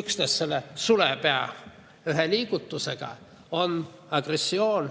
üksnes ühe sulepealiigutusega on agressioon